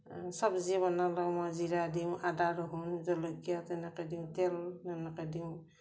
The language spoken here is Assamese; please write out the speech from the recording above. চবজি বনালেও মই জিৰা দিওঁ আদা ৰহুন জলকীয়া তেনেকৈ দিওঁ তেল তেনেকৈ দিওঁ